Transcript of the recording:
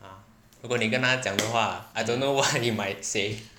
ah 如果你跟他讲的话 I don't know why you might say